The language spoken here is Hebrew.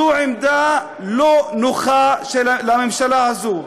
זו עמדה לא נוחה לממשלה הזאת,